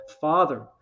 father